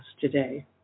today